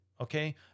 Okay